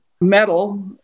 metal